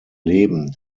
leben